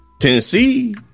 Tennessee